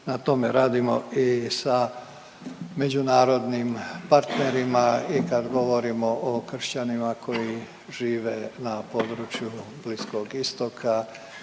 na tome radimo i sa međunarodnim partnerima i kad govorimo o kršćanima koji žive na području Bliskog istoka.